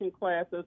classes